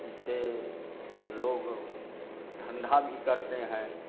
इससे लोग धंधा भी करते हैं